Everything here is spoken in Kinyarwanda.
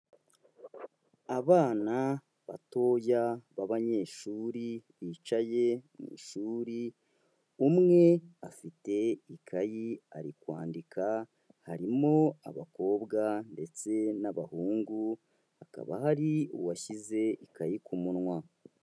Abana batoya b'abanyeshuri bicaye mu ishuri, umwe afite ikayi ari kwandika, harimo abakobwa ndetse n'abahungu, hakaba hari uwashyize ikayi ku munwa.